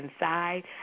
inside